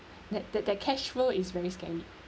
that that that cash flow is very scary